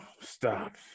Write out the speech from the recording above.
stop